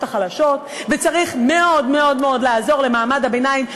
החלשות וצריך מאוד מאוד מאוד לעזור למעמד הביניים,